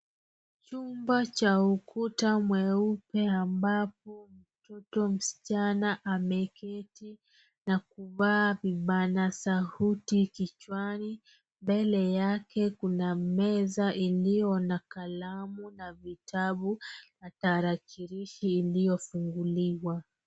Chumba cha ukuta meupe na ambapo mtoto msichana ameketi na kuvaa vibana sauti kichwani mbele yake kuna meza iliyo na kalamu na vitabu na tarakilishi iliyofunguliwa.